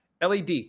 LED